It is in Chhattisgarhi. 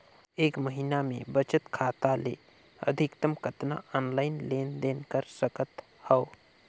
एक महीना मे बचत खाता ले अधिकतम कतना ऑनलाइन लेन देन कर सकत हव?